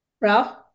Ralph